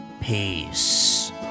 Peace